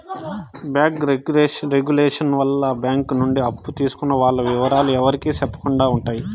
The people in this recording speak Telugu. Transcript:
బ్యాంకు రెగులేషన్ వల్ల బ్యాంక్ నుండి అప్పు తీసుకున్న వాల్ల ఇవరాలు ఎవరికి సెప్పకుండా ఉంటాయి